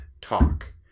talk